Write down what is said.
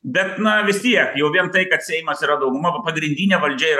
bet na vis tiek jau vien tai kad seimas yra dauguma nu pagrindinė valdžia yra